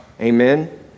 Amen